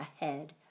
ahead